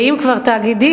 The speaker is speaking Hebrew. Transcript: ואם כבר תאגידים,